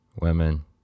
women